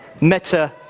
Meta